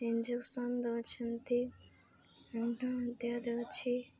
injection ଦଉଛନ୍ତି ମଧ୍ୟ ଦଉଛି